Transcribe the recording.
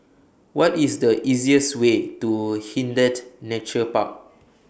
What IS The easiest Way to Hindhede Nature Park